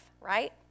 right